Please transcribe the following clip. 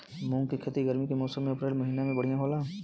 मुंग के खेती गर्मी के मौसम अप्रैल महीना में बढ़ियां होला?